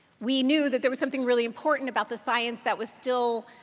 we knew that there was something really important about the science that was still,